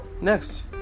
next